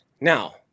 now